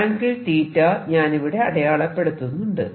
angle θ ഞാനിവിടെ അടയാളപ്പെടുത്തുന്നുണ്ട്